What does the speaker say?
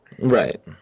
Right